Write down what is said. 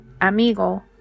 amigo